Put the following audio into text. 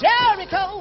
Jericho